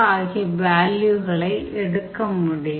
ஆகிய வேல்யூகளை எடுக்க முடியும்